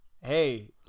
hey